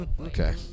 Okay